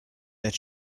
that